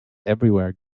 everywhere